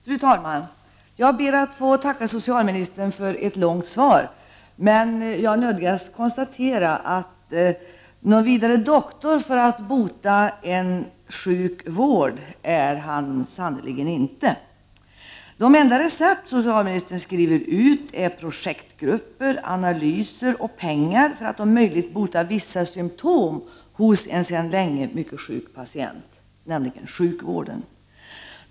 Fru talman! Jag ber att få tacka socialministern för ett långt svar, men jag nödgas konstatera att socialministern sannerligen inte är någon vidare bra doktor för att bota en sjuk vård. Det enda recept som socialministern skriver ut är projektgrupper, analyser och pengar för att om möjligt bota vissa symptom hos en sedan länge mycket sjuk patient, nämligen sjukvården.